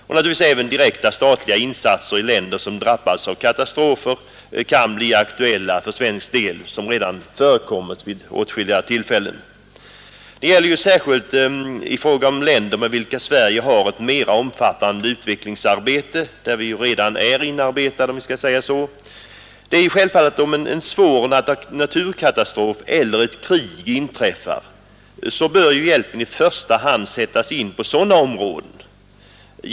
Naturligtvis kan även direkta statliga insatser i länder som drabbas av katastrofer bli aktuella för svensk del, det har redan förekommit vid åtskilliga tillfällen. Detta gäller särskilt i fråga om länder med vilka Sverige har ett mera omfattande utvecklingssamarbete. Det är självfallet att om en svår naturkatastrof eller ett krig inträffar, så bör hjälpen i första hand sättas in på sådana områden.